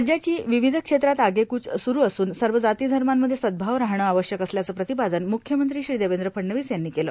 राज्याची विविध क्षेत्रात आगेकूच सुरू असून सर्व जातीधर्मांमध्ये सद्भाव राहणं आवश्यक असल्याचं प्रतिपादन मुख्यमंत्री श्री देवेंद्र फडणवीस यांनी केलं